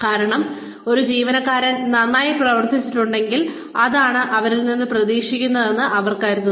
കാരണം ഒരു ജീവനക്കാരൻ നന്നായി പ്രവർത്തിച്ചിട്ടുണ്ടെങ്കിൽ അതാണ് അവരിൽ നിന്ന് പ്രതീക്ഷിക്കുന്നതെന്ന് അവർ കരുതുന്നു